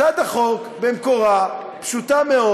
הצעת החוק במקורה פשוטה מאוד: